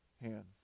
hands